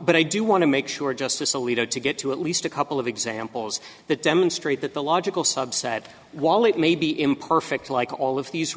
but i do want to make sure justice alito to get to at least a couple of examples that demonstrate that the logical subset while it may be imperfect like all of these